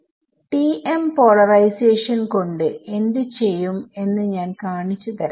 TM polarisation കൊണ്ട് എന്ത് ചെയ്യും എന്ന് ഞാൻ കാണിച്ചു താരാം